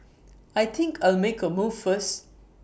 I think I'll make A move first